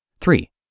Three